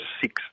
six